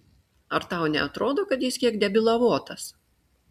ar tau neatrodo kad jis kiek debilavotas